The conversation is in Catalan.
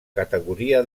categoria